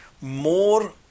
More